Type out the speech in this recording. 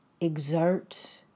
exert